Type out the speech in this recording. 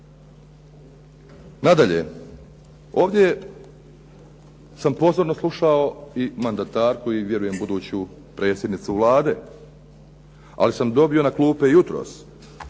Nadalje, ovdje sam pozorno slušao i mandatarku i vjerujem buduću predsjednicu Vlade, ali sam dobio na klupe jutros